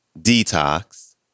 Detox